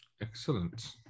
excellent